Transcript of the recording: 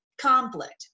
conflict